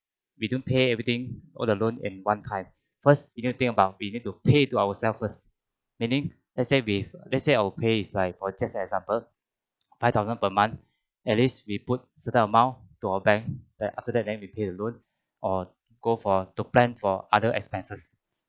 we don't pay everything all the loan in one time first you need to think about we need to pay to ourselves first meaning let's say with let's say our pay is like or just example five thousand per month at least we put certain amount to our bank then after that then we pay the loan or go for to plan for other expenses